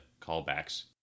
callbacks